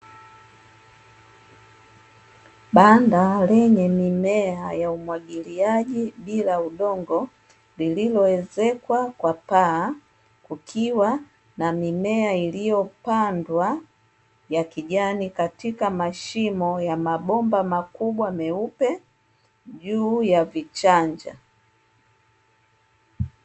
Banda lenye mimea ya umwagiliaji bila udongo lililowezekwa kwa paa kukiwa na mimea iliyopandwa ya kijani katika mashimo ya mabomba makubwa meupe juu ya vichanja.